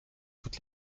toutes